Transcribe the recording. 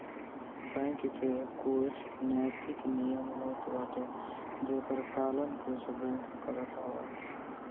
bank के कुछ नैतिक नियम होत बाटे जेकर पालन कुछ बैंक करत हवअ